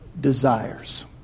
desires